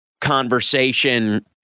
conversation